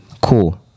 Cool